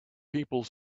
people